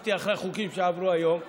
עקבתי אחרי החוקים שעברו היום.